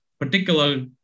particular